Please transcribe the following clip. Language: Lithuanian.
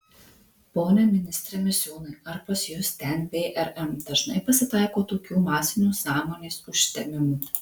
pone ministre misiūnai ar pas jus ten vrm dažnai pasitaiko tokių masinių sąmonės užtemimų